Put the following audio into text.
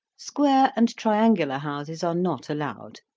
square and triangular houses are not allowed,